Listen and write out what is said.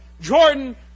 Jordan